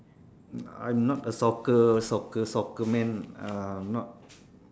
I am not a soccer soccer soccer man uh not